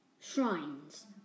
Shrines